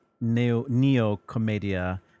Neo-Comedia